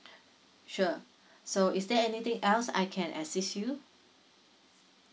sure so is there anything else I can assist you